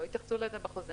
לא התייחסו לזה בחוזה,